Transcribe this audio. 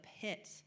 pit